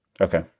okay